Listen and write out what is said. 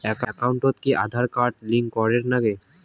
একাউন্টত কি Aadhaar card link করের নাগে?